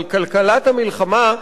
אבל כלכלת המלחמה,